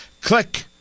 Click